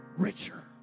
richer